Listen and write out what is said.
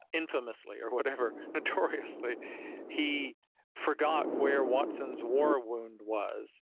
infamously or whatever, notoriously he forgot where watson's war wound was,